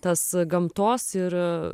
tas gamtos ir